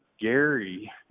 Gary